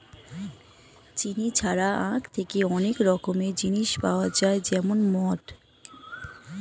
চিনি ছাড়াও আখ থেকে অনেক রকমের জিনিস পাওয়া যায় যেমন মদ